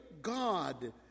God